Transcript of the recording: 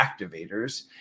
activators